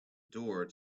door